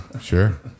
Sure